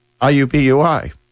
IUPUI